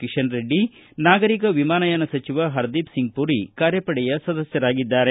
ಕಿಶನ್ರೆಡ್ಡಿ ನಾಗರಿಕ ವಿಮಾನಯಾನ ಸಚಿವಹರ್ದೀಪ್ಸಿಂಗ್ ಮರಿ ಕಾರ್ಯಪಡೆಯ ಸದಸ್ಕರಾಗಿದ್ದಾರೆ